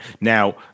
Now